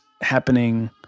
happening